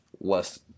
less